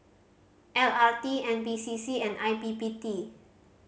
L R T N P C C and I P P T